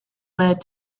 led